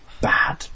bad